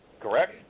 Correct